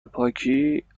پاکی، اب